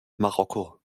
marokko